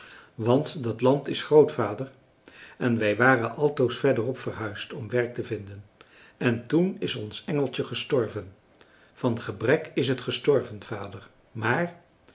want dat land is groot vader en wij waren altoos verderop verhuisd om werk te vinden en toen is ons engeltje gestorven van gebrek is het gestorven vader maar